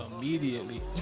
immediately